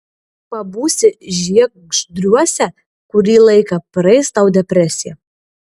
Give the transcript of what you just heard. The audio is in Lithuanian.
pabūsi žiegždriuose kurį laiką praeis tau depresija